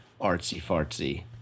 artsy-fartsy